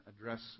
address